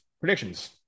predictions